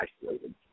isolated